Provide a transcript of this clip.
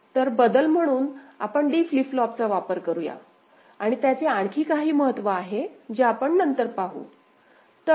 तर बदल म्हणून आपण D फ्लिप फ्लॉपचा वापर करूया आणि त्याचे आणखी काही महत्त्व आहे जे आपण नंतर पाहू